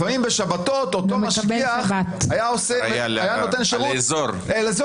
לפעמים בשבתות אותו משגיח היה נותן שירות לכל האזור.